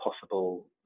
possible